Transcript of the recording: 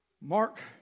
Mark